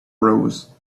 rose